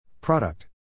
Product